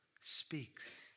speaks